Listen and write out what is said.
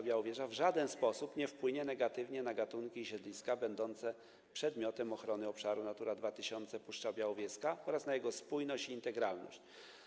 Białowieża w żaden sposób nie wpłynie negatywnie na gatunki i siedliska będące przedmiotem ochrony obszaru Natura 2000 Puszcza Białowieska oraz na jego spójność i integralność.